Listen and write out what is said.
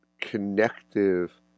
connective